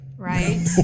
Right